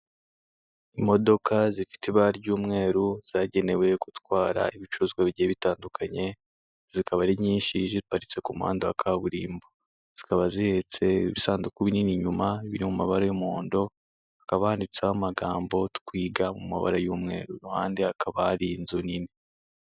Imodoka zifite ibara ry'umweru zagenewe gutwara ibicuruzwa bigiye bitandukanye, zikaba ari nyinshi jipariste ku muhanda wa kaburimbo, zikaba zihetse ibisanduku binini inyuma biri mu mabara y'umuhondo hakaba handitseho amagambo twiga mu mabara y'umweru ahandi hakaba hari inzu nini